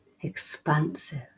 expansive